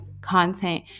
content